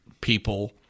people